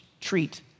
treat